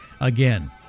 Again